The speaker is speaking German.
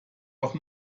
auch